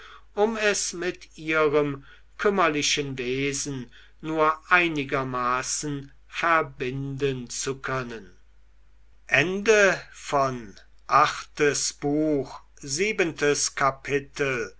um es mit ihrem kümmerlichen wesen nur einigermaßen verbinden zu können